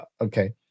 okay